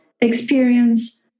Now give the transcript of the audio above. experience